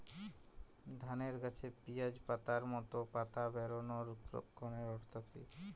ধানের গাছে পিয়াজ পাতার মতো পাতা বেরোনোর লক্ষণের অর্থ কী?